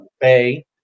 bay